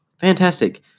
Fantastic